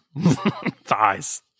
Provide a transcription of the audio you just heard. Thighs